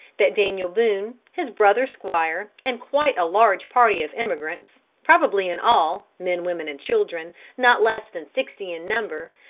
that daniel boone, his brother squire, and quite a large party of emigrants, probably in all men, women and children not less than sixty in number,